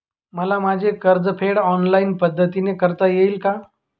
मला माझे कर्जफेड ऑनलाइन पद्धतीने करता येईल का?